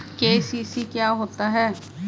KCC क्या होता है?